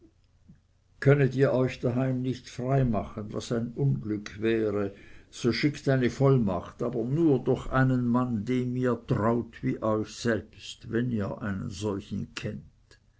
könnet ihr euch daheim nicht frei machen was ein unglück wäre so schickt eine vollmacht aber nur durch einen mann dem ihr traut wie euch selbst wenn ihr einen solchen kennt